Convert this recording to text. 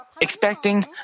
expecting